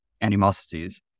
animosities